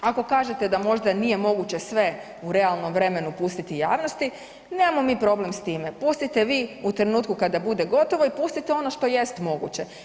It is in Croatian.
Ako kažete da možda nije moguće sve u realnom vremenu pustiti javnosti, nemamo mi problem s time, pustite vi u trenutku kada bude gotovo i pustite ono što jest moguće.